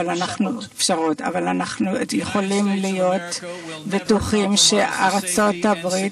אבל אתם יכולים להיות בטוחים שארצות הברית